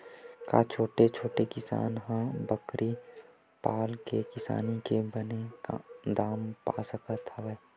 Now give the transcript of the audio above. का छोटे किसान ह बकरी पाल के किसानी के बने दाम पा सकत हवय?